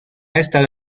estado